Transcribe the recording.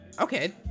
Okay